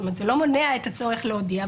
זה לא מונע את הצורך להודיע,